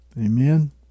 Amen